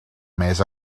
més